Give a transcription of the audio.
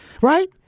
Right